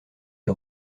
que